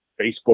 Facebook